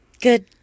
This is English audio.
Good